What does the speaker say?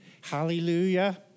Hallelujah